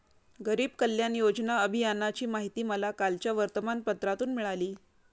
गरीब कल्याण योजना अभियानाची माहिती मला कालच्या वर्तमानपत्रातून मिळाली